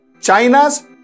China's